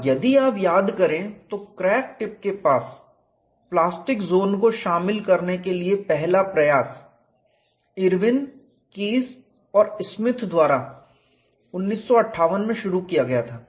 और यदि आप याद करें तो क्रैक टिप के पास प्लास्टिक ज़ोन को शामिल करने के लिए पहला प्रयास इरविन कीस और Smith Irwin Kies and Smith द्वारा 1958 में शुरू किया गया था